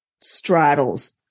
straddles